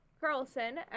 carlson